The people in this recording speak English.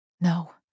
No